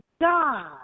god